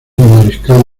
mariscal